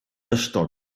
ystod